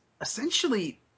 essentially